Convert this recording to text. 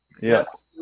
Yes